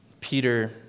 Peter